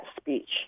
speech